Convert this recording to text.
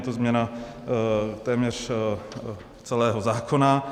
Je to změna téměř celého zákona.